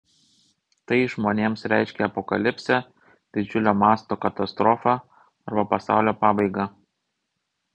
tai žmonėms reiškia apokalipsę didžiulio mąsto katastrofą arba pasaulio pabaigą